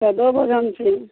सादो भोजन छै